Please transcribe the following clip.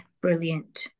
brilliant